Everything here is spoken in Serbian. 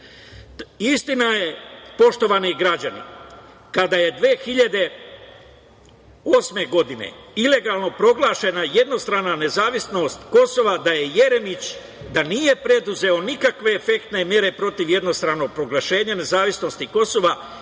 je, poštovani građani, kada je 2008. godine ilegalno proglašena jednostrana nezavisnost Kosova, da Jeremić nije preduzeo nikakve efektne mere protiv jednostranog proglašenja nezavisnosti Kosova,